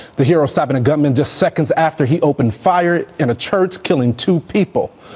the hero stabbing a gunman just seconds after he opened fire in a church, killing two people.